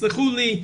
תסלחו לי,